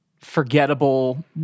forgettable